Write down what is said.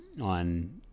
on